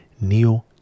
Neo